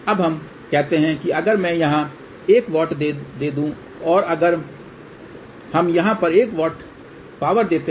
अब हम कहते हैं कि अगर मैं यहां 1 W दे दूं और अगर हम यहाँ पर 1 W पावर देते हैं